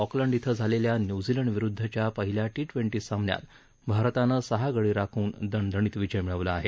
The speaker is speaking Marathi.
ऑकलंड श्रे झालेल्या न्यूझीलंडविरुद्धच्या पहिल्या टी ट्वेंटी सामन्यात भारतानं सहा गडी राखून दणदणीत विजय मिळवला आहे